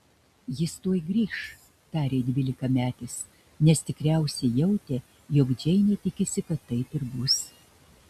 jis tuoj grįš tarė dvylikametis nes tikriausiai jautė jog džeinė tikisi kad taip ir bus